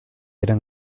eran